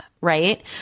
right